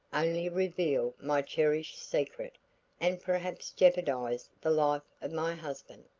only reveal my cherished secret and perhaps jeopardize the life of my husband.